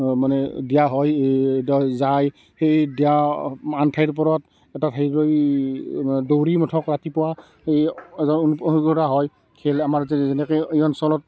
মানে দিয়া হয় যায় সেই দিয়া আন ঠাইৰ ওপৰত এটা ঠাইলৈ দৌৰি মুঠক ৰাতিপুৱা সেই খেল আমাৰ যেনেকৈ এই অঞ্চলত